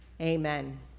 Amen